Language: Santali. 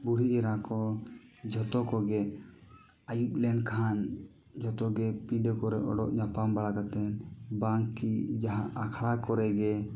ᱵᱩᱲᱦᱤ ᱮᱨᱟ ᱠᱚ ᱡᱷᱚᱛᱚ ᱠᱚᱜᱮ ᱟᱹᱭᱩᱵ ᱞᱮᱱᱠᱷᱟᱱ ᱡᱚᱛᱚ ᱜᱮ ᱯᱤᱰᱟᱹ ᱠᱚᱨᱮ ᱚᱰᱳᱠ ᱧᱟᱯᱟᱢ ᱵᱟᱲᱟ ᱠᱟᱛᱮ ᱵᱟᱝ ᱠᱤ ᱡᱟᱦᱟᱸ ᱟᱠᱷᱟᱲᱟ ᱠᱚᱨᱮ ᱜᱮ